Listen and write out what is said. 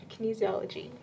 Kinesiology